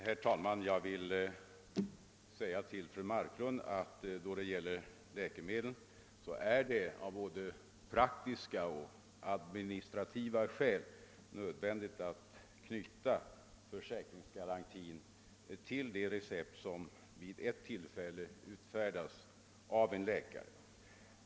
Herr talman! Av både praktiska och administrativa skäl är det nödvändigt att knyta försäkringsgarantin till de recept som vid ett tillfälle utfärdas av en läkare.